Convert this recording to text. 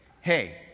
hey